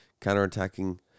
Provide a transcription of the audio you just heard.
counter-attacking